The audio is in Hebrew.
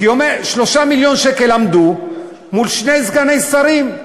כי 3 מיליון שקל עמדו מול שני סגני שרים,